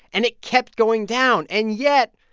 and it kept going down. and yet,